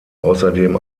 außerdem